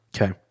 Okay